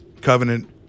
Covenant